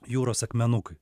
jūros akmenukai